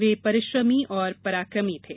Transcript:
वे परिश्रमी और पराकमी थे